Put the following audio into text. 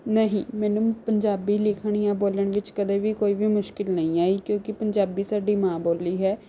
ਨਹੀਂ ਮੈਨੂੰ ਪੰਜਾਬੀ ਲਿਖਣ ਜਾਂ ਬੋਲਣ ਵਿੱਚ ਕਦੇ ਵੀ ਕੋਈ ਵੀ ਮੁਸ਼ਕਿਲ ਨਹੀਂ ਆਈ ਕਿਉਂਕਿ ਪੰਜਾਬੀ ਸਾਡੀ ਮਾਂ ਬੋਲੀ ਹੈ